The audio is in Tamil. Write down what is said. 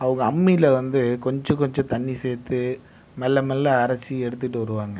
அவங்க அம்மியில் வந்து கொஞ்சம் கொஞ்சம் தண்ணி சேர்த்து மெல்ல மெல்ல அரைச்சி எடுத்துட்டு வருவாங்க